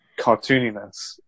cartooniness